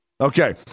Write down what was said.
okay